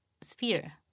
sphere